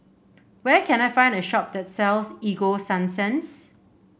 where can I find a shop that sells Ego Sunsense